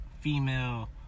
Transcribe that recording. female